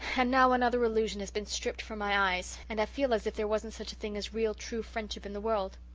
and now another illusion has been stripped from my eyes and i feel as if there wasn't such a thing as real true friendship in the world.